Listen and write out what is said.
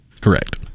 Correct